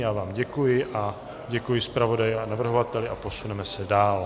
Já vám děkuji a děkuji zpravodaji a navrhovateli a posuneme se dál.